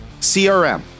crm